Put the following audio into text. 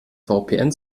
vpn